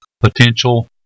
potential